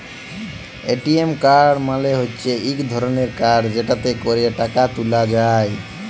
ATM card মালে হচ্যে ইক ধরলের কাড় যেটতে ক্যরে টাকা ত্যুলা যায়